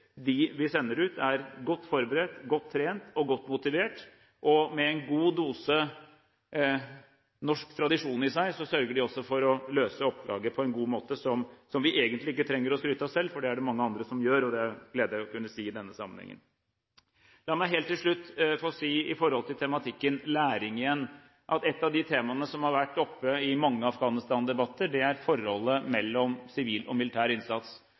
De vi sender ut, er godt forberedt, godt trent og godt motivert. Med en god dose norsk tradisjon i seg sørger de også for å løse oppdraget på en god måte, som vi egentlig ikke trenger å skryte av selv, for det er det mange andre som gjør. Det er det gledelig å kunne si i denne sammenhengen. La meg helt til slutt få si om tematikken læring igjen: Et av de temaene som har vært oppe i mange Afghanistan-debatter, er forholdet mellom sivil og militær innsats.